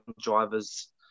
drivers